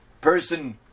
person